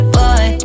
boy